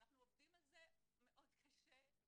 ואנחנו עובדים על זה מאוד קשה.